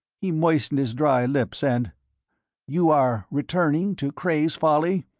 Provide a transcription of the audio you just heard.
he moistened his dry lips, and you are returning to cray's folly?